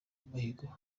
umuhigo